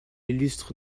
illustre